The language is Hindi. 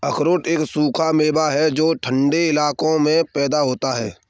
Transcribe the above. अखरोट एक सूखा मेवा है जो ठन्डे इलाकों में पैदा होता है